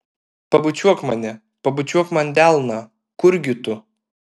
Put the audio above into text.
pabučiuok mane pabučiuok man delną kurgi tu